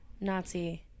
Nazi